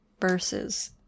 verses